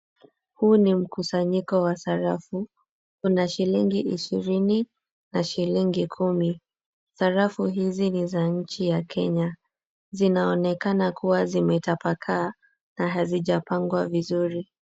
Huu ni mkusanyiko wa sarafu. Kuna shilingi ishirini na shilingi kumi. Sarafu hizi ni za nchi ya Kenya. Zinaonekana kuwa zimetapakaa na hazijapangwa vizuri.